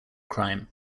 crime